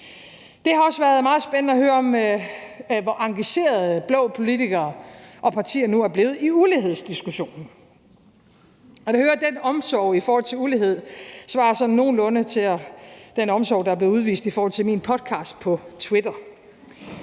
Det har også været meget spændende at høre, hvor engagerede blå politikere og partier nu er blevet i ulighedsdiskussionen, og at høre den omsorg i forhold til ulighed svarer sådan nogenlunde til den omsorg, der er blevet udvist i forhold til min podcast på Twitter.